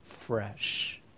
fresh